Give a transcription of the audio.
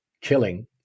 killing